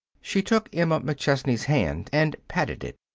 she took emma mcchesney's hand and patted it.